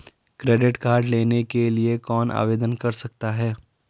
Credit card लेने के लिए कौन आवेदन कर सकता है?